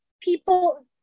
people